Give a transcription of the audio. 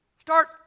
Start